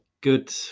good